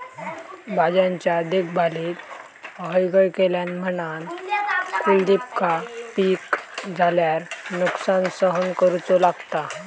भाज्यांच्या देखभालीत हयगय केल्यान म्हणान कुलदीपका पीक झाल्यार नुकसान सहन करूचो लागलो